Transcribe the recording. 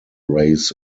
raise